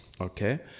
okay